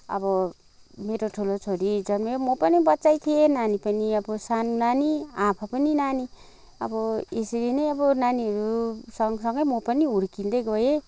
अब मेरो ठुलो छोरी जन्मियो म पनि बच्चै थिएँ नानी पनि अब सानो नानी आफू पनि नानी अब यसरी नै अब नानीहरू सँग सँगै म पनि हुर्किँदै गएँ